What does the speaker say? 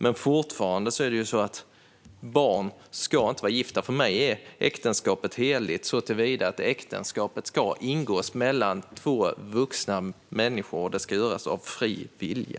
Men det är fortfarande så att barn inte ska vara gifta. För mig är äktenskapet heligt såtillvida att äktenskap ska ingås mellan två vuxna människor, och det ska göras av fri vilja.